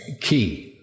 key